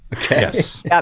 Yes